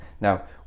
now